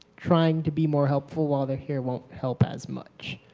trying to be more helpful while they're here won't help as much.